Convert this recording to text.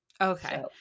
Okay